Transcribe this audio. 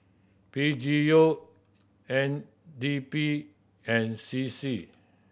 P G U N D P and C C